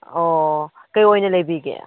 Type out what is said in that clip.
ꯑꯣ ꯀꯩ ꯑꯣꯏꯅ ꯂꯩꯕꯤꯒꯦ